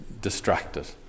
distracted